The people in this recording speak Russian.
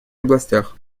областях